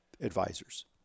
advisors